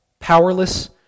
Powerless